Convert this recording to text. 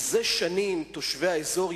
זה שנים תושבי האזור,